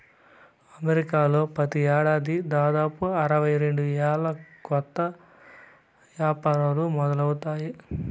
అమెరికాలో ప్రతి ఏడాది దాదాపు అరవై రెండు వేల కొత్త యాపారాలు మొదలవుతాయి